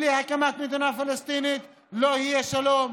בלי הקמת מדינה פלסטינית לא יהיה שלום,